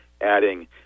adding